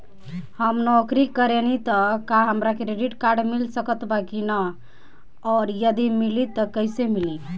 हम नौकरी करेनी त का हमरा क्रेडिट कार्ड मिल सकत बा की न और यदि मिली त कैसे मिली?